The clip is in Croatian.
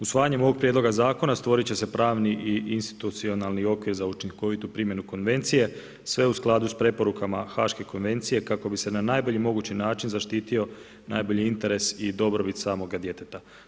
Usvajanjem ovog prijedloga zakona stvorit će se pravni i institucionalni okvir za učinkovitu primjenu konvencije, sve u skladu s preporukama HAŠKE konvencije kako bi se na najbolji mogući način zaštitio najbolji interes i dobrobit samoga djeteta.